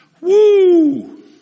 woo